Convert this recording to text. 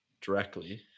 directly